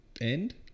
end